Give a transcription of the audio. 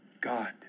God